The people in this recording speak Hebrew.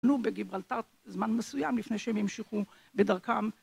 בגיברלטר זמן מסוים לפני שהם המשיכו בדרכם.